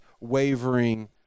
wavering